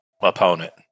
opponent